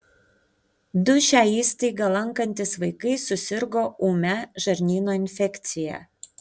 du šią įstaigą lankantys vaikai susirgo ūmia žarnyno infekcija